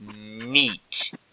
neat